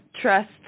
trust